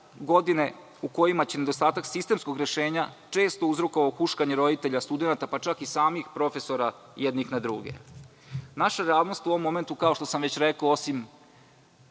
godine u kojima će nedostatak sistemskog rešenja često uzrokovan huškanjem roditelja i studenata pa čak i samih profesora jednih na druge. Naša realnost u ovom momentu ukazuje, osim